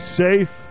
safe